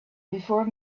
before